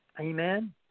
Amen